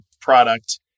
product